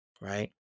right